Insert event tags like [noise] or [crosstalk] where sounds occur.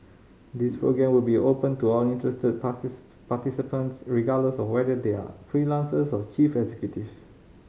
this programme will be open to all interested [unintelligible] participants regardless of whether they are freelancers or chief executives